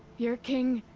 your king.